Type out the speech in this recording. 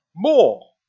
More